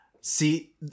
See